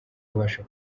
abasha